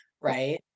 Right